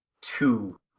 Two